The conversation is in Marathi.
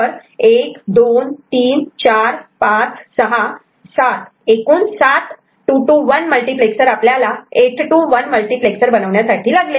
तर 1 2 3 4 5 6 7 एकूण सात 2 to 1 मल्टिप्लेक्सर आपल्याला 8 to 1 मल्टिप्लेक्सर बनवण्यासाठी लागले